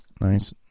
nice